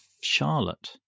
Charlotte